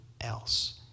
else